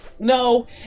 No